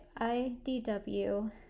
IDW